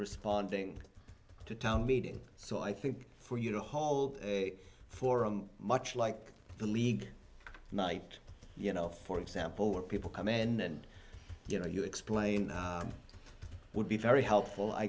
responding to town meeting so i think for you to haul for a much like the league night you know for example where people come in and you know you explain it would be very helpful i